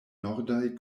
nordaj